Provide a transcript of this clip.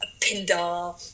Pindar